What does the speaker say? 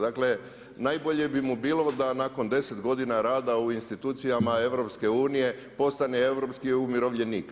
Dakle najbolje bi mu bilo da nakon deset godina rada u institucijama EU postane europski umirovljenik.